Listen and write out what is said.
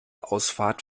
abfahrt